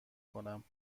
کنم